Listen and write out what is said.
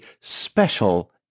special